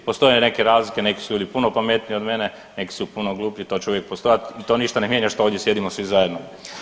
Postoje neke razlike, neki su ljudi puno pametniji od mene, neki su puno gluplji, to će uvijek postojat to ništa ne mijenja što ovdje sjedimo svi zajedno.